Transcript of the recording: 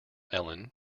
ellen